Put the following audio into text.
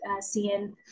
seeing